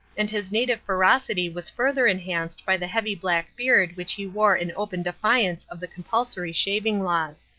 and his native ferocity was further enhanced by the heavy black beard which he wore in open defiance of the compulsory shaving laws.